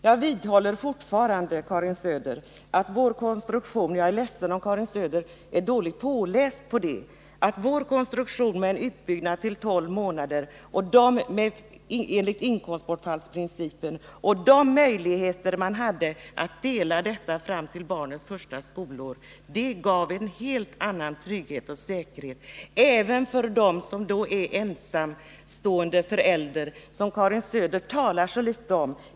Jag är ledsen om Karin Söder har läst på detta dåligt, men jag vidhåller fortfarande att vår konstruktion, med en utbyggnad till tolv månader enligt inkomstbortfallsprincipen och de möjligheter den erbjöd att dela upp denna tid fram till barnets första skolår gav en helt annan trygghet och säkerhet även för den som är ensamstående förälder. Karin Söder talar mycket litet om dessa.